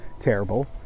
terrible